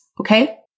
Okay